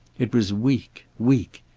it was weak. weak.